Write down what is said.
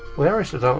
where is the.